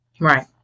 Right